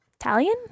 Italian